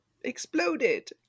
exploded